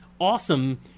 awesome